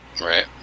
Right